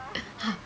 (uh huh)